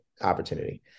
opportunity